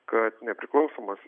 kad nepriklausomas